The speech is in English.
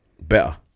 better